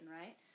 right